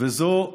וזו,